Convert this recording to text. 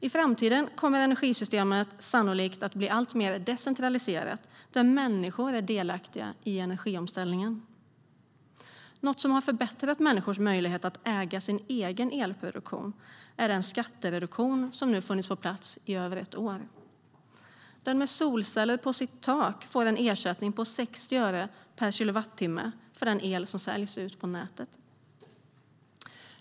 I framtiden kommer energisystemet sannolikt att bli alltmer decentraliserat, och människor är delaktiga i energiomställningen. Något som förbättrat människors möjlighet att äga sin egen elproduktion är den skattereduktion som funnits på plats nu i över ett år. Den som har solceller på sitt tak får en ersättning på 60 öre per kilowattimme för den el som säljs ut via elnätet.